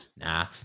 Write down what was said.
Nah